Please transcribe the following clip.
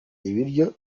ibiryo